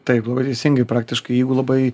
taip labai teisingai praktiškai jeigu labai